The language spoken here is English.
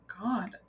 God